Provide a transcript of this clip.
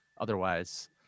otherwise